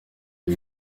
ari